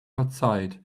outside